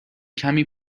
کمی